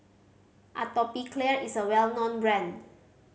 Atopiclair is a well known brand